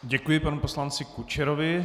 Děkuji panu poslanci Kučerovi.